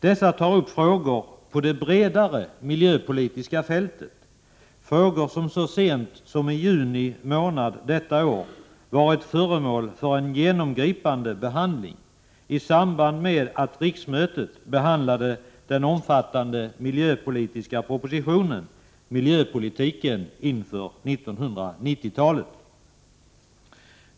Dessa tar upp frågor på det bredare miljöpolitiska fältet, frågor som så sent som i juni månad detta år varit föremål för en genomgripande behandling i samband med att riksmötet behandlade den omfattande miljöpolitiska propositionen Miljöpolitiken inför 1990-talet.